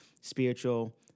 spiritual